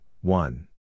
one